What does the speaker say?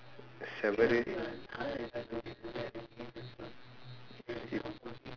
சுவரு:suvaru